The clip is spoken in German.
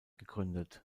gegründet